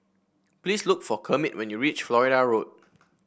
please look for Kermit when you reach Florida Road